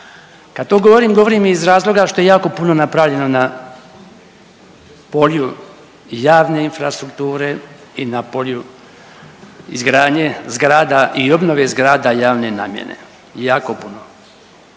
Kad to govorim govorim iz razloga što je jako puno napravljano na polju javne infrastrukture i na polju izgradnje i obnove zgrada javne namjene, jako puno.